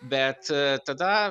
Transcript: bet a tada